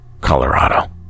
Colorado